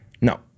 No